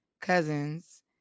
cousins